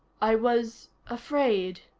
i was afraid,